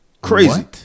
Crazy